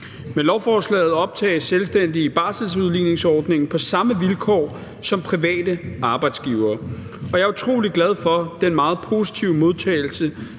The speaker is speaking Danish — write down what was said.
Med lovforslaget optages selvstændige i barselsudligningsordningen på samme vilkår som private arbejdsgivere, og jeg er utrolig glad for den meget positive modtagelse,